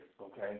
okay